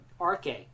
arche